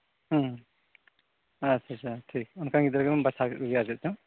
ᱦᱩᱸ ᱟᱪᱪᱷᱟ ᱴᱷᱤᱠ ᱚᱱᱠᱟᱱ ᱜᱤᱫᱽᱨᱟᱹ ᱜᱮᱢ ᱵᱟᱪᱷᱟᱣ ᱠᱮᱫ ᱠᱚᱜᱮᱭᱟ ᱟᱨ ᱪᱮᱫ ᱪᱚᱝ